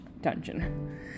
dungeon